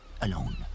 Alone